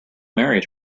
married